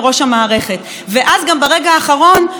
ואז גם ברגע האחרון עוד ניסיון להשתלט